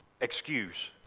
excuse